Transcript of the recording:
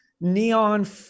neon